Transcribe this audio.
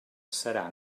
serà